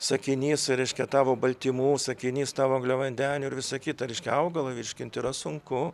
sakinys reiškia tavo baltymų sakinys tavo angliavandenių ir visa kita reiškia augalą virškint yra sunku